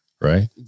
Right